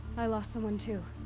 i lost someone too.